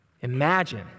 Imagine